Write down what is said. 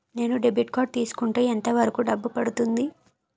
నేను debit card తీసుకుంటే ఎంత వరకు డబ్బు పడుతుంది?